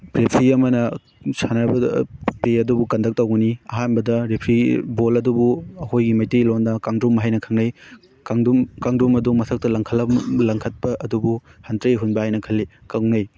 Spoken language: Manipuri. ꯔꯦꯐ꯭ꯔꯤ ꯑꯃꯅ ꯁꯥꯟꯅꯕꯗ ꯄ꯭ꯂꯦ ꯑꯗꯨꯕꯨ ꯀꯟꯗꯛ ꯇꯧꯒꯅꯤ ꯑꯍꯥꯟꯕꯗ ꯔꯦꯐ꯭ꯔꯤ ꯕꯣꯜ ꯑꯗꯨꯕꯨ ꯑꯩꯈꯣꯏꯒꯤ ꯃꯩꯇꯩꯂꯣꯅꯗ ꯀꯥꯡꯗ꯭ꯔꯨꯝ ꯍꯥꯏꯅ ꯈꯪꯅꯩ ꯀꯥꯡꯗ꯭ꯔꯨꯝ ꯀꯥꯡꯗ꯭ꯔꯨꯝ ꯑꯗꯨ ꯃꯊꯛꯇ ꯂꯪꯈꯠꯄ ꯑꯗꯨꯕꯨ ꯍꯟꯇ꯭ꯔꯦ ꯍꯨꯟꯕ ꯍꯥꯏꯅ ꯈꯜꯂꯤ ꯀꯧꯅꯩ